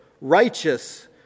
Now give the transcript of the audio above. righteous